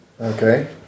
Okay